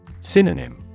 Synonym